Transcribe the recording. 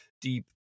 deep